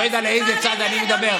אני לא יודע לאיזה צד אני מדבר.